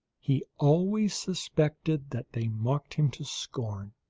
he always suspected that they mocked him to scorn,